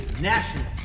National